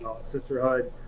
sisterhood